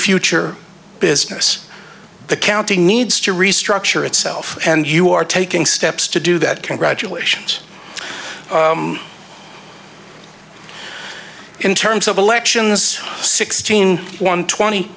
future business accounting needs to restructure itself and you are taking steps to do that congratulations in terms of elections sixteen one